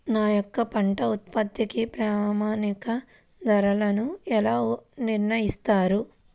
మా యొక్క పంట ఉత్పత్తికి ప్రామాణిక ధరలను ఎలా నిర్ణయిస్తారు?